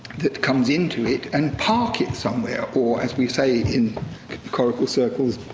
that comes into it and park it somewhere, or as we say in coracle circles,